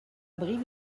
brive